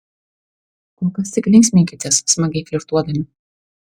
kol kas tik linksminkitės smagiai flirtuodami